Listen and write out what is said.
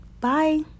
Bye